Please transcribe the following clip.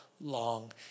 long